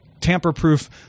tamper-proof